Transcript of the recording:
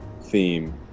theme